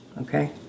okay